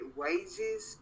wages